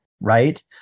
right